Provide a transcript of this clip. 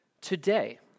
Today